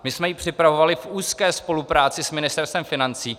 My jsme ji připravovali v úzké spolupráci s Ministerstvem financí.